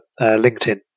LinkedIn